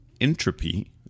entropy